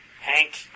Hank